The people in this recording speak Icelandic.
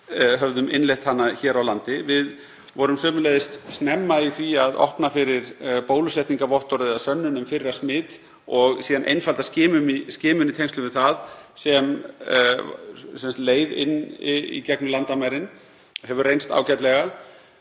höfðum innleitt hana hér á landi. Við vorum sömuleiðis snemma í því að opna fyrir bólusetningarvottorð eða sönnun um fyrra smit og einfalda skimun í tengslum við það sem leið inn í gegnum landamærin. Það hefur reynst ágætlega.